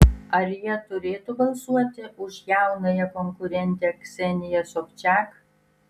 ar jie turėtų balsuoti už jaunąją konkurentę kseniją sobčiak